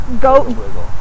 go